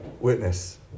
witness